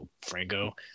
Franco